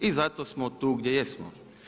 I zato smo tu gdje jesmo.